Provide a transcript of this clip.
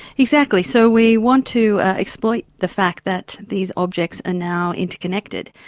exactly. so we want to exploit the fact that these objects are now interconnected.